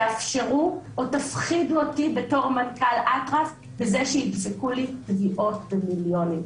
תאפשרו או תפחידו אותי בתור מנכ"ל אטרף בזה שיפסקו לי תביעות במיליונים.